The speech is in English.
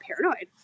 paranoid